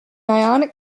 ionic